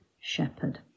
shepherd